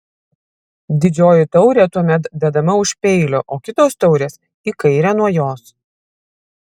didžioji taurė tuomet dedama už peilio o kitos taurės į kairę nuo jos